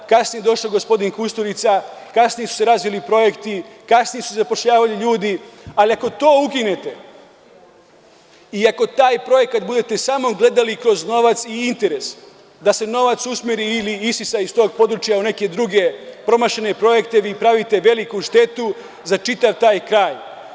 Kasnije je došao gospodin Kusturica, kasnije su se razvili projekti, kasnije su se zapošljavali ljudi, ali ako to ukinete i ako taj projekat budete gledali samo kroz novac i interes, da se novac usmeri ili isisa iz tog područja u neke druge promašene projekte, vi pravite veliku štetu za čitav taj kraj.